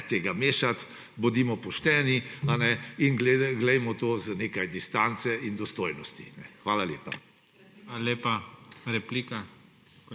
tega mešati, bodimo pošteni in glejmo to z nekaj distance in dostojnosti. Hvala lepa. **PREDSEDNIK